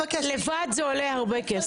לבד זה עולה הרבה כסף.